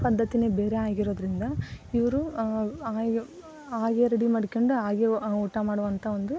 ಪದ್ಧತಿಯೇ ಬೇರೆ ಆಗಿರೋದರಿಂದ ಇವರು ಹಾಗೆ ಹಾಗೆ ರೆಡಿ ಮಾಡಿಕೊಂಡು ಹಾಗೆ ಊಟ ಮಾಡುವಂಥ ಒಂದು